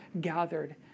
gathered